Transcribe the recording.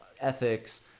ethics